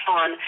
on